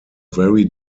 very